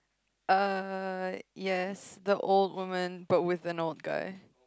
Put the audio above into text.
uh yes the old woman but with an old guy